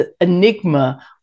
enigma